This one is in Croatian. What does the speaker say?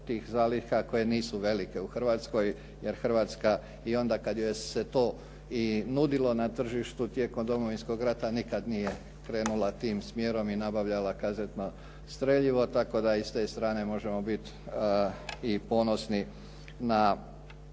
tih zaliha koje nisu velike u Hrvatskoj jer Hrvatska i onda kad joj se to nudilo na tržištu tijekom Domovinskog rata nikad nije krenula tim smjerom i nabavljala kazetna streljiva tako da i s te strane možemo biti i ponosni na